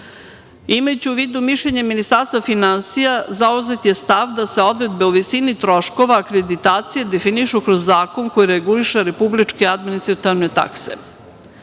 Imajući u vidu mišljenje Ministarstva finansija, zauzet je stav sa odredbe u visini troškova akreditacija definišu kroz zakon koji reguliše republičke administrativne takse. Jedan